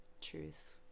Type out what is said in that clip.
Truth